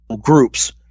groups